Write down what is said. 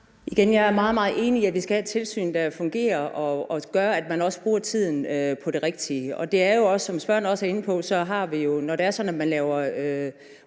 meget, meget enig i, at vi skal have tilsyn, der fungerer og gør, at man også bruger tiden på det rigtige. Det er jo også, som spørgeren er inde på, sådan, at når man laver